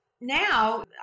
now